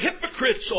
hypocrites